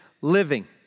living